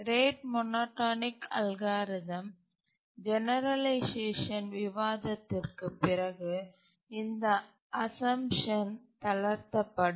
rate monotonic algorithm generalisation விவாதத்திற்குப் பிறகு இந்த அசம்சன் தளர்த்தப்படும்